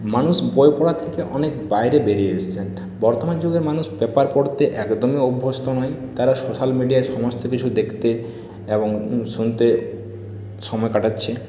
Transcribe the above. মানুষ বই পড়া থেকে অনেক বাইরে বেরিয়ে এসেছেন বর্তমান যুগের মানুষ পেপার পড়তে একদমই অভ্যস্ত নয় তারা সোশ্যাল মিডিয়ায় সমস্ত কিছু দেখতে এবং শুনতে সময় কাটাচ্ছে